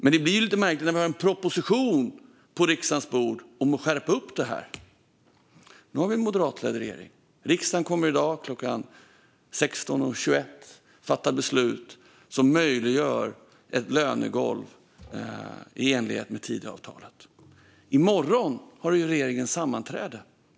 Men det blir lite märkligt när vi har en proposition på riksdagens bord om att skärpa detta. Nu har vi en moderatledd regering. Riksdagen kommer i dag, klockan 16.21, att fatta beslut som möjliggör ett lönegolv i enlighet med Tidöavtalet. I morgon har regeringen sammanträde.